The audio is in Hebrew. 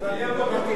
חבר הכנסת וקנין,